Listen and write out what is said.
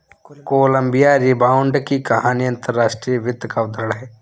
Colombia rebound की कहानी अंतर्राष्ट्रीय वित्त का उदाहरण है